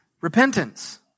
repentance